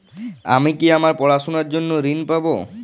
আমি কি আমার পড়াশোনার জন্য ঋণ পাব?